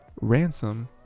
ransom